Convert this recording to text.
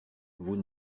vous